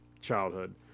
childhood